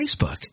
Facebook